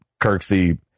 Kirksey